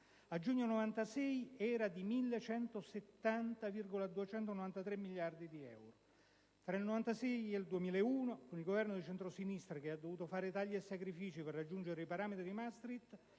italiano era di 1170,293 miliardi di euro. Tra il 1996 ed il 2001, con il Governo di centrosinistra che ha dovuto introdurre tagli e sacrifici per raggiungere i parametri di Maastricht